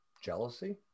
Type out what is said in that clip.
Jealousy